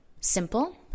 simple